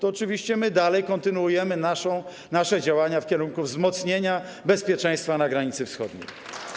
Oczywiście dalej kontynuujemy nasze działania w kierunku wzmocnienia bezpieczeństwa na granicy wschodniej.